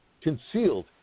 concealed